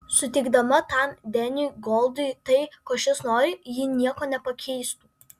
suteikdama tam deniui goldui tai ko šis nori ji nieko nepakeistų